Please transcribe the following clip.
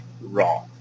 Raw